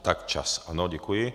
Tak čas, ano, děkuji.